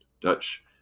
Dutch